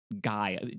guy